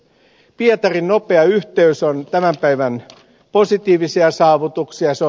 pietarin nopea yhteys on tämän päivän positiivisia saavutuksia